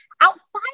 outside